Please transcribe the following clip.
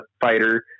fighter